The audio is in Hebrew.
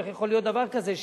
איך יכול להיות דבר כזה,